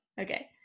Okay